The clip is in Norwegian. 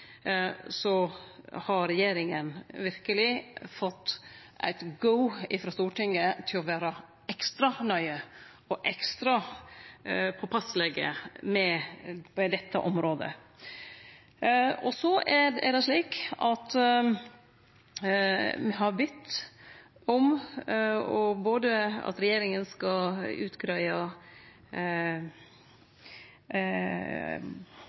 så har regjeringa verkeleg fått eit «go» frå Stortinget til å vere ekstra nøye og ekstra påpasseleg på dette området. Så er det slik at me har bedt om at regjeringa skal